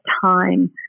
time